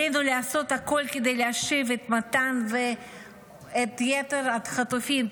עלינו לעשות הכול כדי להשיב את מתן ואת יתר החטופים,